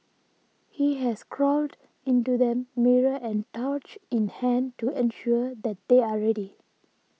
he has crawled into them mirror and torch in hand to ensure that they are ready